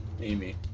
Amy